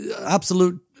absolute